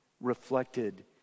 reflected